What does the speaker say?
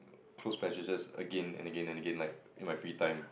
close passages again and again and again like in my free time